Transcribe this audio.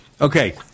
Okay